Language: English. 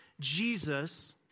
Jesus